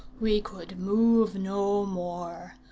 we could move no more,